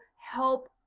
help